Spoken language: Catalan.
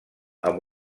amb